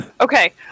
Okay